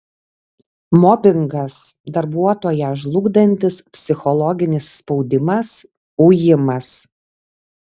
mobingas darbuotoją žlugdantis psichologinis spaudimas ujimas